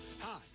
Hi